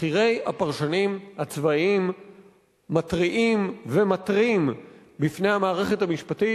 בכירי הפרשנים הצבאיים מתריעים ומתרים בפני המערכת המשפטית,